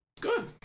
Good